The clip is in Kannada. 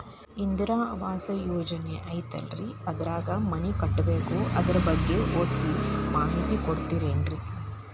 ಇಂದಿರಾ ಆವಾಸ ಯೋಜನೆ ಐತೇಲ್ರಿ ಅದ್ರಾಗ ಮನಿ ಕಟ್ಬೇಕು ಅದರ ಬಗ್ಗೆ ಒಸಿ ಮಾಹಿತಿ ಕೊಡ್ತೇರೆನ್ರಿ?